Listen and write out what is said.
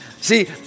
See